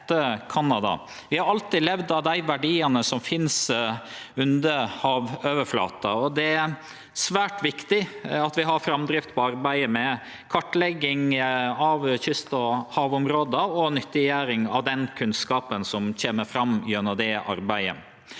Vi har alltid levd av dei verdiane som finst under havoverflata, og det er svært viktig at vi har framdrift på arbeidet med kartlegging av kyst- og havområda og nyttiggjering av den kunnskapen som kjem fram gjennom det arbeidet.